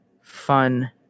fun